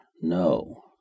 no